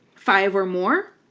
five or more,